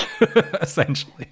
essentially